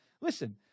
Listen